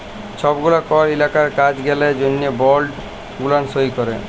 ছব গেলা কল ইলাকার কাজ গেলার জ্যনহে বল্ড গুলান সই ক্যরে